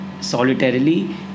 solitarily